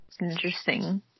interesting